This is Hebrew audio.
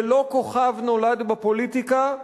זה לא "כוכב נולד" בפוליטיקה,